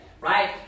right